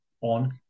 on